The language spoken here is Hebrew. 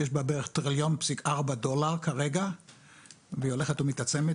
שיש בה בערך 1.4 טריליון דולר כרגע והיא הולכת ומתעצמת.